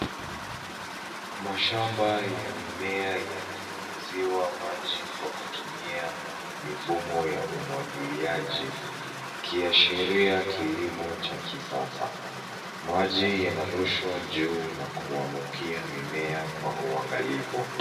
Mashamba ya mimea yananyunyuziwa maji kwa kutumia mifumo ya umwagiliaji, likiashiria kilimo cha kisasa. Maji yanarushwa juu na kuangukia mimea kwa uangalifu.